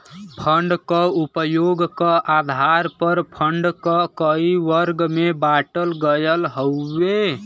fund क उपयोग क आधार पर फण्ड क कई वर्ग में बाँटल गयल हउवे